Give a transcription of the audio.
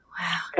Wow